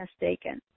mistaken